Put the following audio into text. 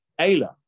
Ayla